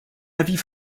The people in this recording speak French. avis